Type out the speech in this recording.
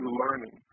learning